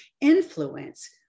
influence